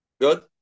Good